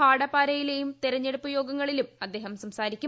ഭാഡപാരയിലേയും തിരഞ്ഞെടുപ്പ് യോഗങ്ങളിലും അദ്ദേഹം സംസാരിക്കും